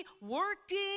working